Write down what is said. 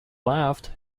left